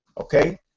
Okay